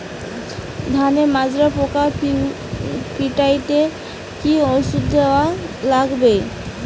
ধানের মাজরা পোকা পিটাইতে কি ওষুধ দেওয়া লাগবে?